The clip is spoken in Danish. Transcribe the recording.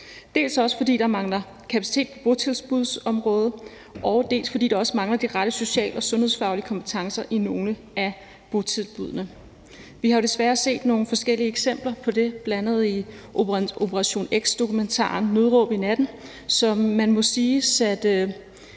botilbud; fordi der mangler kapacitet på botilbudsområdet; og fordi der også mangler de rette social- og sundhedsfaglige kompetencer i nogle af botilbuddene. Vi har jo desværre set nogle forskellige eksempler på det bl.a. i Operation X-dokumentaren »Nødråb i natten«, som man må sige satte